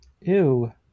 ew